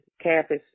campus